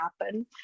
happen